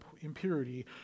impurity